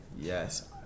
Yes